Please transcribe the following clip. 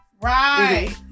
Right